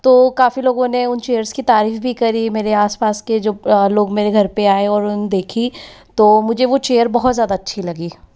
तो काफ़ी लोगों ने उन चेयर्स की तारीफ़ भी करी मेरे आस पास के जो लोग मेरे घर आए और उन्होंने देखी तो मुझे वो चेयर बहुत ज़्यादा अच्छी लगी